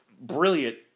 brilliant